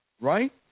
Right